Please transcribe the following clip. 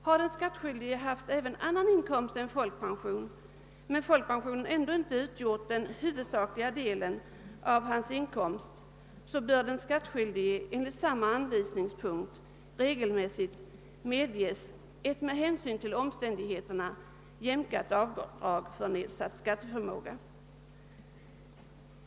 Har den skattskyldige haft även annan inkomst än folkpension men folkpensionen ändå utgjort den huvudsakliga delen av hans inkomst bör den skattskyldige enligt samma punkt i anvisningarna regelmässigt medges ett med hänsyn till omständigheterna jämkat avdrag för nedsatt skatteförmåga.